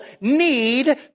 need